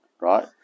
right